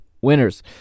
winners